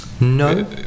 No